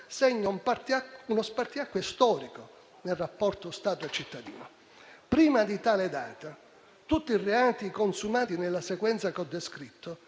segna uno spartiacque storico nel rapporto Stato-cittadino. Prima di tale data, tutti i reati consumati nella sequenza che ho descritto